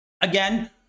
again